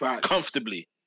Comfortably